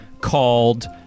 called